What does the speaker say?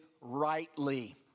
rightly